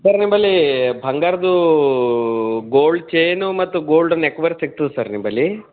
sir ನಿಮ್ಮಲ್ಲಿ ಬಂಗಾರದ್ದು gold chain ಮತ್ತು ಗೋಲ್ಡ್ ನೆಕ್ವರ್ ಸಿಗ್ತದಾ ಸರ್ ನಿಮ್ಮಲ್ಲಿ